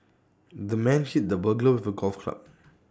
the man hit the burglar with the golf club